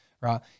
right